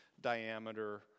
diameter